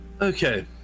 Okay